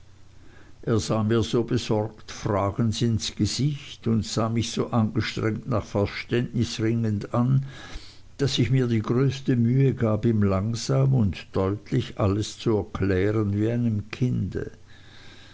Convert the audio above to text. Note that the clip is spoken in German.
er sah mir so besorgt fragend ins gesicht und sah mich so angestrengt nach verständnis ringend an daß ich mir die größte mühe gab ihm langsam und deutlich alles zu erklären wie einem kinde